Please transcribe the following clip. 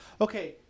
Okay